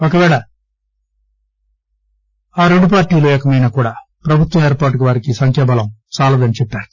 ఒకపేళ ఆ రెండు పార్టీలు ఏకమైనా కూడా ప్రభుత్వం ఏర్పాటుకు వారికి సంఖ్యాబలం చాలదని అన్నారు